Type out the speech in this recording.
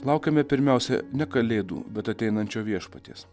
laukiame pirmiausia ne kalėdų bet ateinančio viešpaties